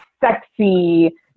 sexy